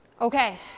Okay